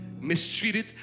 mistreated